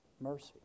mercy